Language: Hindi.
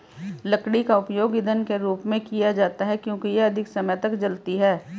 लकड़ी का उपयोग ईंधन के रूप में किया जाता है क्योंकि यह अधिक समय तक जलती है